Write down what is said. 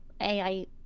AI